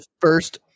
first